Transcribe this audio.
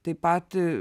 taip pat